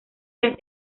las